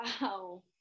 Wow